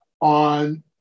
on